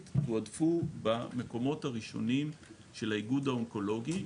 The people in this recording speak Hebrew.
תועדפו במקומות הראשונים של האיגוד האונקולוגי,